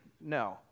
No